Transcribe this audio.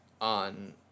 on